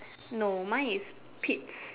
no mine is pete's